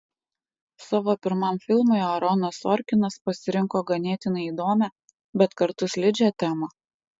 savo pirmam filmui aaronas sorkinas pasirinko ganėtinai įdomią bet kartu slidžią temą